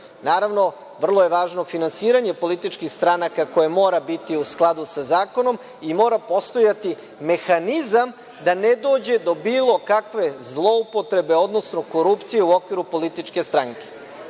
statutom. Naravno, vrlo je važno finansiranje političkih stranaka koje mora biti u skladu sa zakonom i mora postojati mehanizam da ne dođe do bilo kakve zloupotrebe, odnosno korupcije u okviru političke stranke. Ako